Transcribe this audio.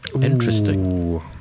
Interesting